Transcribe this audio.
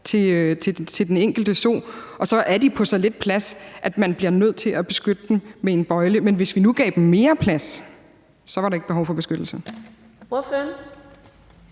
til den enkelte so, og så er de på så lidt plads, at man bliver nødt til at beskytte dem med en bøjle. Men hvis vi nu gav dem mere plads, var der ikke behov for beskyttelse.